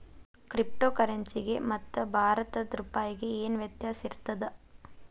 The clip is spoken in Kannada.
ಕ್ರಿಪ್ಟೊ ಕರೆನ್ಸಿಗೆ ಮತ್ತ ಭಾರತದ್ ರೂಪಾಯಿಗೆ ಏನ್ ವ್ಯತ್ಯಾಸಿರ್ತದ?